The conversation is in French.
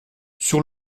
sur